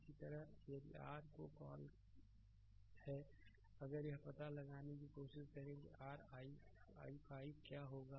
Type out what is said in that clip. इसी तरह यदि r क्या कॉल है अगर यह पता लगाने की कोशिश करें कि rii5 क्या होगा